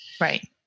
Right